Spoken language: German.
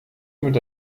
mit